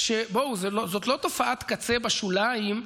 בואו, זה לא תופעת קצה בשוליים,